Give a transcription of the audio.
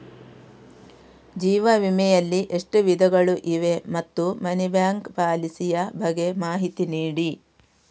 ಜೀವ ವಿಮೆ ಯಲ್ಲಿ ಎಷ್ಟು ವಿಧಗಳು ಇವೆ ಮತ್ತು ಮನಿ ಬ್ಯಾಕ್ ಪಾಲಿಸಿ ಯ ಬಗ್ಗೆ ಮಾಹಿತಿ ನೀಡಿ?